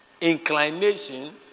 inclination